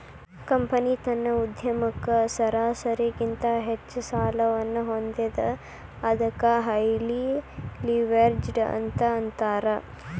company ತನ್ನ ಉದ್ಯಮಕ್ಕ ಸರಾಸರಿಗಿಂತ ಹೆಚ್ಚ ಸಾಲವನ್ನ ಹೊಂದೇದ ಅದಕ್ಕ ಹೈಲಿ ಲಿವ್ರೇಜ್ಡ್ ಅಂತ್ ಅಂತಾರ